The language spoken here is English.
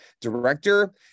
director